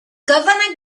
governor